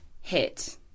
hit